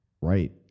Right